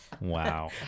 Wow